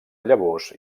llavors